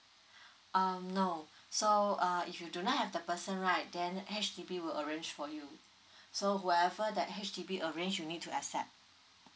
um no so err if you don't have the person right then H_D_B will arrange for you so whoever that H_D_B arrange you need to accept